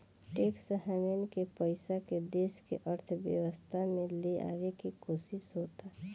tax haven के पइसा के देश के अर्थव्यवस्था में ले आवे के कोशिस होता